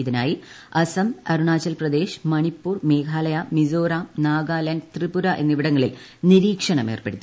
ഇതിനായി ആസാം അരുണാചൽ പ്രദേശ് മണിപ്പൂർ മേഘാലയ മിസോറാം നാഗാലാന്റ് ത്രിപുര എന്നിവിടങ്ങളിൽ നിരീക്ഷണം ഏർപ്പെടുത്തി